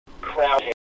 crowd